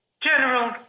General